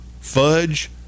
fudge